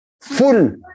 full